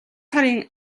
сарын